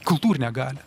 kultūrinę galią